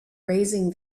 raising